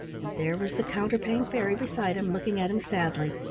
and there was the counterpane fairy beside him looking at him sadly.